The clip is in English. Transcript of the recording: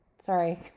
Sorry